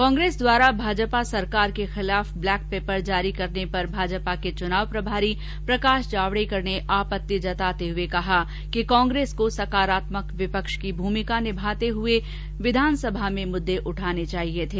कांग्रेस द्वारा भाजपा सरकार के खिलाफ ब्लैक पेपर जारी करने पर भाजपा के चुनाव प्रभारी प्रकाश जावडेकर ने आपत्ति जताते हुए कहा है कि कांग्रेस को सकारात्मक विपक्ष की भूमिका निभाते हुए विधानसभा में मुद्दे उठाने थे